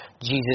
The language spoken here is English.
Jesus